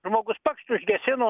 žmogus pakšt užgesino